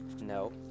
No